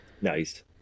Nice